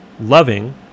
loving